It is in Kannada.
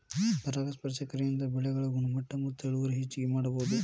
ಪರಾಗಸ್ಪರ್ಶ ಕ್ರಿಯೆಯಿಂದ ಬೆಳೆಗಳ ಗುಣಮಟ್ಟ ಮತ್ತ ಇಳುವರಿ ಹೆಚಗಿ ಮಾಡುದು